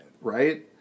Right